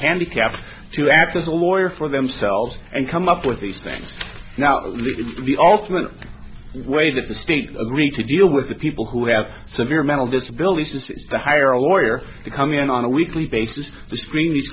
handicaps to add to the lawyer for themselves and come up with these things now the ultimate way that the state agreed to deal with the people who have severe mental disabilities is to hire a lawyer to come in on a weekly basis to screen these